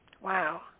Wow